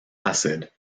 acid